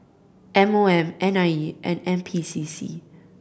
M O M N I E and N P C C